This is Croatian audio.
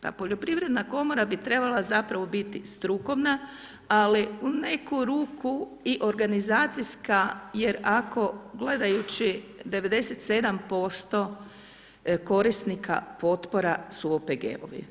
Pa poljoprivredna komora bi zapravo biti strukovna, ali u neku ruku i organizacijska, jer ako gledajući 97% korisnika potpora su OPG-ovi.